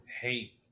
hate